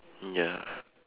mm ya